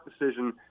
decision